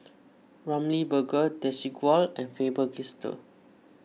Ramly Burger Desigual and Faber Castell